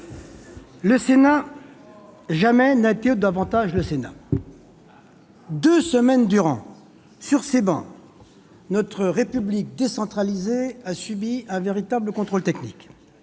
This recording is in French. le Sénat n'a été davantage le Sénat ! Deux semaines durant, dans cette enceinte, notre République décentralisée a subi un véritable contrôle technique.